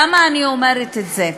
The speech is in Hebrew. למה אני אומרת את זה?